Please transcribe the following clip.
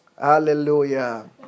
Hallelujah